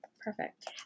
Perfect